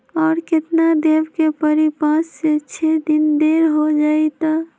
और केतना देब के परी पाँच से छे दिन देर हो जाई त?